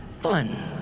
fun